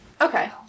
Okay